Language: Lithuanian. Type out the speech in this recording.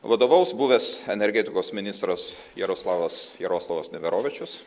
vadovaus buvęs energetikos ministras jaroslavas jaroslavas neverovičius